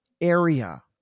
area